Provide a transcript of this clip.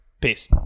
Peace